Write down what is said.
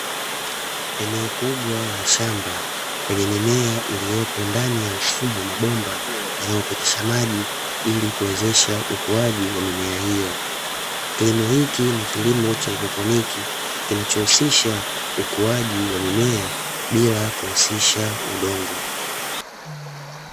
Eneo kubwa la shamba lenye mimea iliyopo ndani ya mfumo wa mabomba yanayopitisha maji, ili kuwezesha ukuaji wa mimea hiyo. Kilimo hiki ni kilimo cha haidroponi, kinachohusisha ukuaji wa mimea bila kuhusisha udongo.